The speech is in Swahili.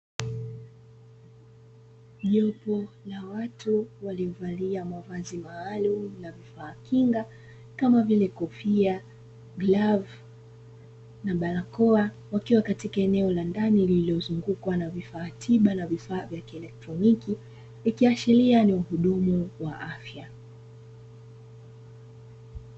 Jopo la watu waliovalia mavazi maalumu na kuvaa kinga, kama vile kofia, glavu na barakoa, wakiwa katika eneo la ndani lililizungukwa na vifaa tiba na vifaa vya kielotroniki, ikiashiria ni wahudumu wa afya.